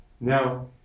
Now